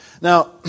Now